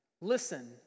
Listen